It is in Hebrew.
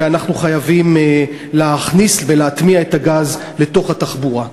ואנחנו חייבים להכניס ולהטמיע את הגז בתחבורה.